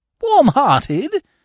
Warm-hearted